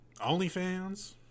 OnlyFans